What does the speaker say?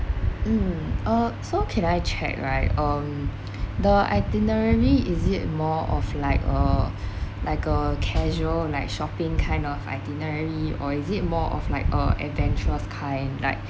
mm uh so can I check right um the itinerary is it more of like uh like a casual like shopping kind of itinerary or is it more of like uh adventurous kind like